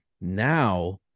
now